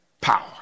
Power